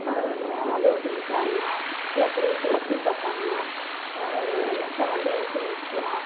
اور یہاں روٹی ڈالنا لکڑی پے ہی پکانا اور مصالحہ پیسنا